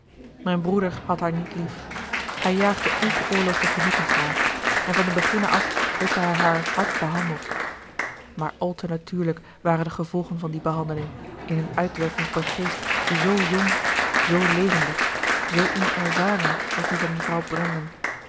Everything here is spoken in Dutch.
mijn broeder had haar niet lief hij jaagde ongeoorloofde genoegens na en van den beginne af heeft hij haar hard behandeld maar al te natuurlijk waren de gevolgen van die behandeling in hun uitwerking op een geest zoo jong zoo levendig zoo onervaren als die van mevrouw brandon